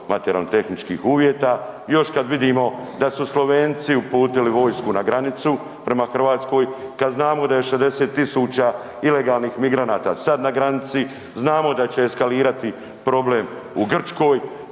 materijalno-tehničkih uvjeta. Još kad vidimo da su Slovenci uputili vojsku na granicu prema Hrvatskoj, kad znamo da je 60 tisuća ilegalnih migranata sad na granici, znamo da će eskalirati problem u Grčkoj,